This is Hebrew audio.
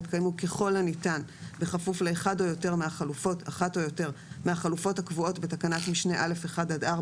יתקיימו ככל הניתן באחת או יותר מהחלופות הקבועות בתקנת משנה א'/1-4,